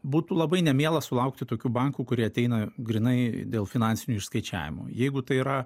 būtų labai nemiela sulaukti tokių bankų kurie ateina grynai dėl finansinių išskaičiavimų jeigu tai yra